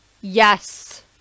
yes